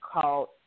called